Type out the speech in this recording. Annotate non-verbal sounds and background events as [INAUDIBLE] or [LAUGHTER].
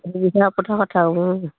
[UNINTELLIGIBLE]